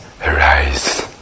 arise